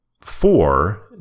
four